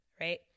Right